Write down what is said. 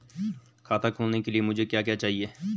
खाता खोलने के लिए मुझे क्या क्या चाहिए?